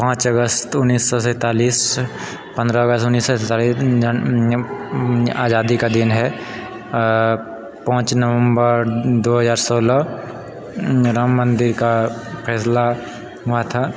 पाँच अगस्त उनैस सए सैंतालिस पन्द्रह अगस्त उनैस सए सैंतालिस आजादी का दिन है आओर पाँच नवम्बर दो हजार सोलह राम मन्दिर का फैसला हुआ था